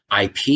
IP